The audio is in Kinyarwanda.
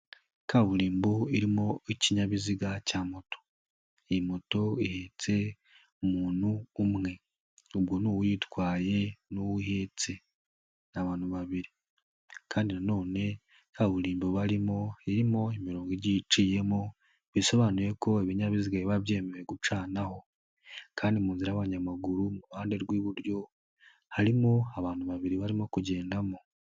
Kaburimbo irimo ikinyabiziga cya moto, iyi moto ihetse umuntu umwe, ubwo ni uwuyitwaye n'uwo ihetse, ni abantu babiri kandi nanone kaburimbo barimo, irimo imirongo igiye iciyemo, bisobanuye ko ibinyabiziga biba byemewe gucanaho kandi mu nzira y'abanyamaguru, mu ruhande rw'iburyo, harimo abantu babiri, barimo kugendamo.